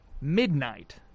Midnight